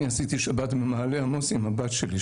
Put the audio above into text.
אני עשיתי שבת במעלה עמוס עם הבת שלי.